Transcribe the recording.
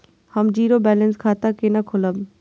हम zero balance खाता केना खोलाब?